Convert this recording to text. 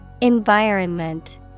Environment